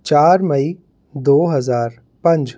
ਚਾਰ ਮਈ ਦੋ ਹਜ਼ਾਰ ਪੰਜ